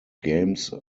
games